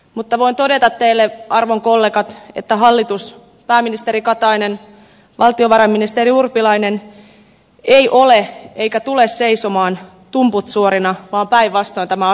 mutta voin todeta teille arvon kollegat että hallitus pääministeri katainen valtiovarainministeri urpilainen ei ole seisonut eikä tule seisomaan tumput suorina vaan päinvastoin tämän asian kanssa